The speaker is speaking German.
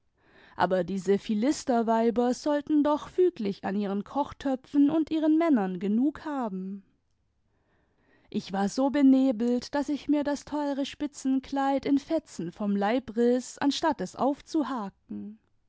aber diese philisterweiber sollten doch füglich an ihren kochtöpfen und ihren männern genug haben ich war so benebelt daß ich mir das teure spitzenkleid in fetzen vom leib riß anstatt es aufzuhaken